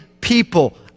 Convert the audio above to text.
people